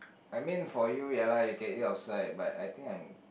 I mean for you ya lah you can eat outside but I think I'm